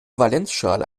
valenzschale